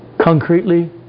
concretely